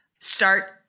Start